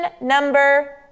number